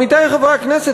עמיתי חברי הכנסת,